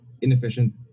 inefficient